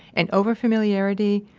and overfamiliarity,